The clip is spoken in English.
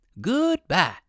Goodbye